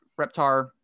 reptar